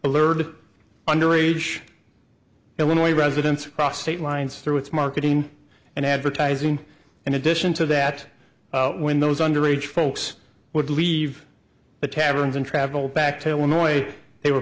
alerted underage illinois residents across state lines through its marketing and advertising in addition to that when those underage folks would leave the taverns and travel back to illinois they were